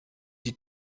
die